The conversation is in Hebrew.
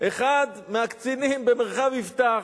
אחד מהקצינים במרחב יפתח,